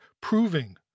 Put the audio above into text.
proving